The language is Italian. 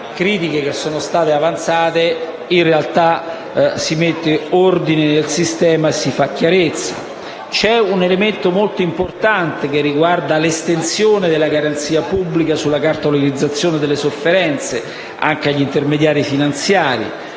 in realtà si mette ordine nel sistema e si fa chiarezza. Un elemento molto importante riguarda l'estensione della garanzia pubblica sulla cartolarizzazione delle sofferenze anche agli intermediari finanziari.